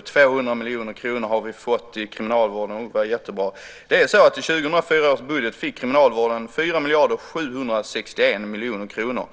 Vi har fått 200 miljoner kronor till kriminalvården, och det är jättebra. I 2004 års budget fick kriminalvården 4 761 miljoner kronor.